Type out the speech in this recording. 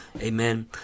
Amen